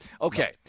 Okay